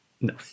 No